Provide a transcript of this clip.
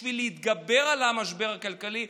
בשביל להתגבר על המשבר הכלכלי,